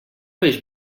peix